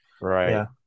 Right